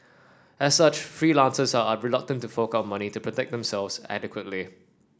as such freelancers are reluctant to fork out money to protect themselves adequately